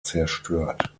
zerstört